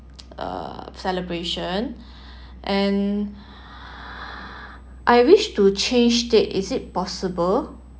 uh celebration and I wish to change date is it possible